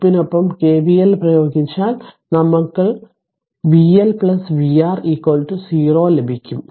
ലൂപ്പിനൊപ്പം KVL പ്രയോഗിച്ചാൽ നമ്മൾക്ക് vL vR 0 ലഭിക്കും